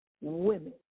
women